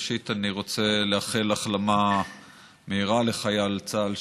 ראשית אני רוצה לאחל החלמה מהירה לחייל צה"ל,